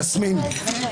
יסמין, בבקשה.